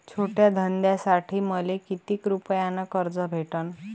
छोट्या धंद्यासाठी मले कितीक रुपयानं कर्ज भेटन?